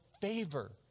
favor